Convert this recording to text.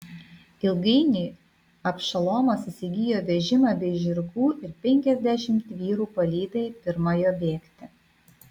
ilgainiui abšalomas įsigijo vežimą bei žirgų ir penkiasdešimt vyrų palydai pirma jo bėgti